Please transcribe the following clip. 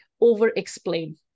over-explain